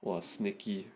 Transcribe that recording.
!wah! sneaky